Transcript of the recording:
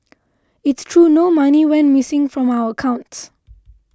it's true no money went missing from our accounts